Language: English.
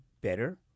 better